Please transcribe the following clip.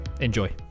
Enjoy